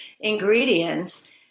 ingredients